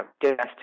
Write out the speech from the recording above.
domestic